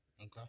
okay